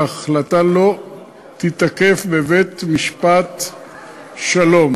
וההחלטה לא תיתקף בבית-משפט שלום.